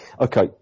okay